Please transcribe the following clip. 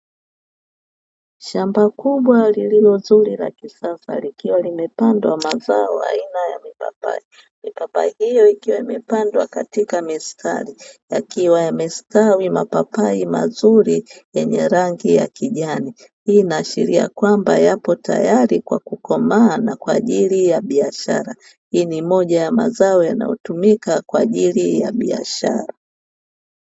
Shamba kubwa lililo zuri la kisasa likiwa limepandwa mazao aina ya mipapai. Mipapai hiyo ikiwa imepandwa katika mistari, yakiwa yamestawi mapapai mazuri yenye rangi ya kijani. Hii inaashiria kwamba yako tayari kwa kukomaa na kwaajili ya biashara, hii ni moja ya mazao yanayotumika kwaajili ya biashara.